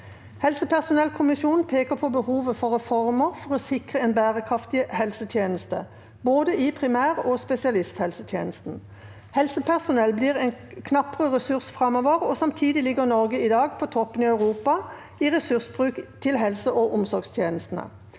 «Helsepersonellkommisjonen peker på behovet for reformer for å sikre en bærekraftig helsetjeneste, både i primær- og spesialisthelsetjenesten. Helsepersonell blir en knappere ressurs fremover, og samtidig ligger Norge i dag på toppen i Europa i ressursbruk til helse- og omsorgstjenestene.